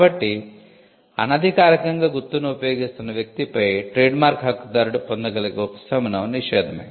కాబట్టి అనధికారికంగా గుర్తును ఉపయోగిస్తున్న వ్యక్తిపై ట్రేడ్మార్క్ హక్కుదారుడు పొందగలిగే ఉపశమనం నిషేధమే